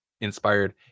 inspired